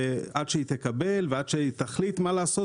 ועד שהיא תקבל ועד שהיא תחליט מה לעשות,